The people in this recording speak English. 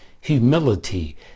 humility